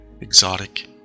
exotic